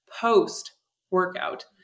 post-workout